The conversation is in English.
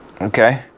Okay